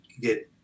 get –